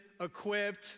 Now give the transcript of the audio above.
equipped